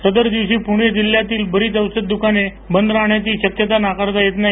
सदर दिवशी पुणे जिल्ह्यातील बरीच औषध दुकाने बद राहण्याची शक्यता नाकारता येत नाही